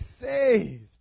saved